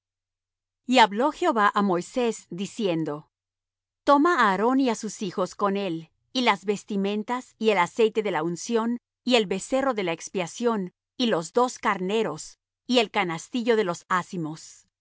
y hablo jehová á moisés diciendo toma á aarón y á sus hijos con él y las vestimentas y el aceite de la unción y el becerro de la expiación y los dos carneros y el canastillo de los ázimos y